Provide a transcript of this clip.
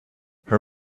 her